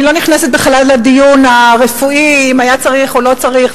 אני לא נכנסת בכלל לדיון הרפואי אם היה צריך או לא צריך,